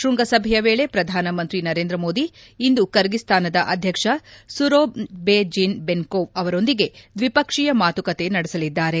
ಶ್ವಂಗಸಭೆಯ ವೇಳೆ ಪ್ರಧಾನ ಮಂತ್ರಿ ನರೇಂದ್ರ ಮೋದಿ ಅವರು ಇಂದು ಕರ್ಗಿಸ್ತಾನದ ಅಧ್ಯಕ್ಷ ಸುರೋನ್ ಬೆ ಜೀನ್ ಬೆನ್ಕೋಟ್ ಅವರೊಂದಿಗೆ ದ್ವಿಪಕ್ಷೀಯ ಮಾತುಕತೆ ನಡೆಸಲಿದ್ದಾರೆ